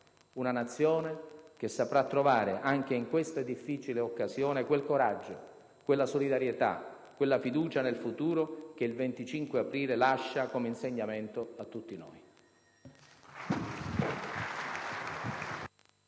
Una Nazione che saprà trovare anche in questa difficile occasione quel coraggio, quella solidarietà, quella fiducia nel futuro che il 25 aprile lascia come insegnamento a tutti noi.